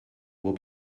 will